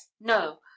no